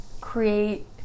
create